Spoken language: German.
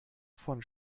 von